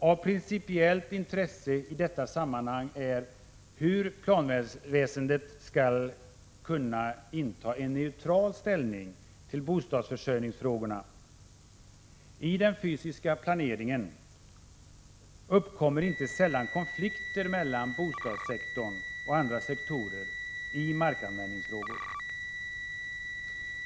Av principiellt intresse i detta — 16 december 1986 sammanhang är hur planväsendet skall kunna inta en neutral ställning till bostadsförsörjningsfrågorna. I den fysiska planeringen uppkommer inte sällan konflikter mellan bostadssektorn och andra sektorer i markanvändningsfrågor.